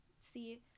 see